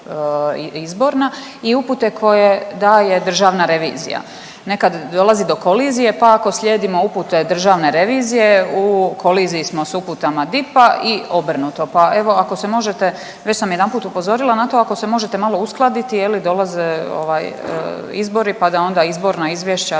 izborna i upute koje daje državna revizija. Nekad dolazi do kolizije, pa ako slijedimo upute državne revizije u koliziji smo s uputama DIP-a i obrnuto, pa evo ako se možete, već sam jedanput upozorila na to, ako se možete malo uskladiti je li, dolaze ovaj izbori, pa da onda izborna izvješća